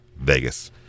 Vegas